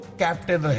captain